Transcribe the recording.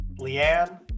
Leanne